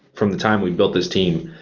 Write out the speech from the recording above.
from the time we built this team,